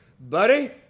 buddy